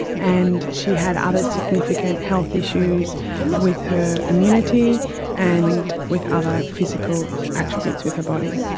and she had other significant health issues with her immunity and with other physical attributes with her body.